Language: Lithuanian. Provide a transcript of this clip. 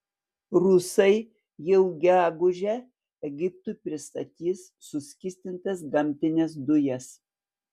rusai jau gegužę egiptui pristatys suskystintas gamtines dujas